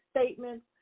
statements